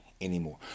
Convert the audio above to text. anymore